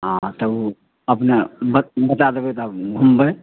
हाँ तब अपने ब बताए देबै तब घुमबै